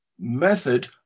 method